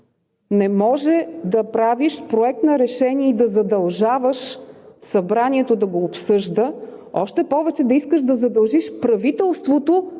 Не може да правиш Проект на решение и да задължаваш Събранието да го обсъжда, още повече да искаш да задължиш правителството